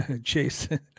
Jason